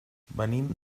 venim